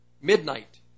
Midnight